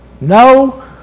no